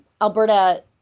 Alberta